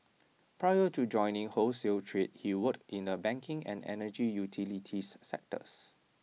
prior to joining wholesale trade he worked in the banking and energy utilities sectors